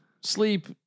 sleep